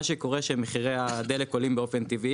מה שקורה זה שכשמחירי הדלק עולים באופן טבעי,